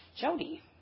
Jody